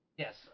Yes